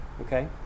okay